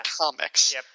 comics